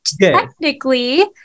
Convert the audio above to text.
technically